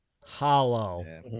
hollow